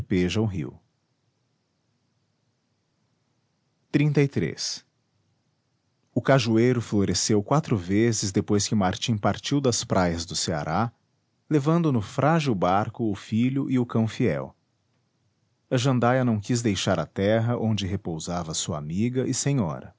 onde serpeja o rio o cajueiro floresceu quatro vezes depois que martim partiu das praias do ceará levando no frágil barco o filho e o cão fiel a jandaia não quis deixar a terra onde repousava sua amiga e senhora